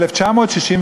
מ-1965,